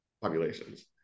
populations